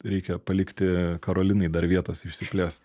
reikia palikti karolinai dar vietos išsiplėst